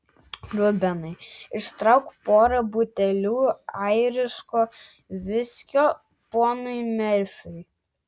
rubenai ištrauk porą butelių airiško viskio ponui merfiui